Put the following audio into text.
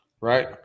Right